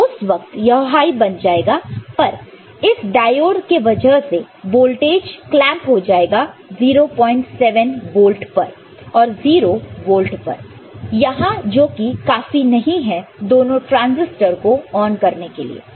तो उस वक्त यह हाई बन जाएगा पर इस डायोड के वजह से वोल्टेज क्लैंप हो जाएगा 07 वोल्ट पर और 0 वोल्ट पर यहां जो कि काफी नहीं है दोनों ट्रांसिस्टर को ऑन करने के लिए